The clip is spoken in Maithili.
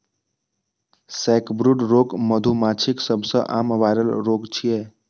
सैकब्रूड रोग मधुमाछीक सबसं आम वायरल रोग छियै